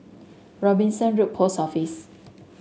Robinson Road Post Office